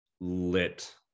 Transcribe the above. lit